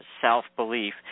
self-belief